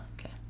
okay